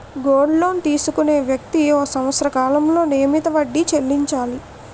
gold loan తీసుకునే వ్యక్తి ఒక సంవత్సర కాలంలో నియమిత వడ్డీ చెల్లించాలి